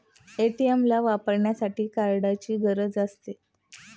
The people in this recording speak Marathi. ए.टी.एम ला वापरण्यासाठी कार्डची गरज असते